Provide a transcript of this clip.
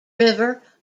river